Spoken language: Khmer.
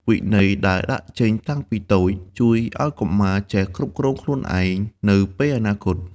វិន័យដែលដាក់ចេញតាំងពីតូច ជួយឱ្យកុមារចេះគ្រប់គ្រងខ្លួនឯងនៅពេលអនាគត។